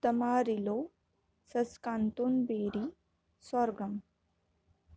तमाारीलो सस्कांतोनबेरी स्वर्गम